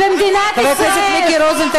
חצופה.